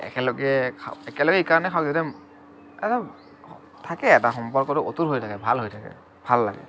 একেলগে খা একেলগে এইকাৰণেই খাওঁ যাতে এটা থাকে এটা সম্পৰ্কটো অটুট হৈ থাকে ভাল হৈ থাকে ভাল লাগে